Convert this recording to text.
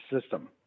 system